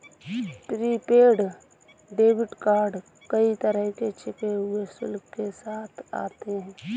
prepaid debit card कई तरह के छिपे हुए शुल्क के साथ आते हैं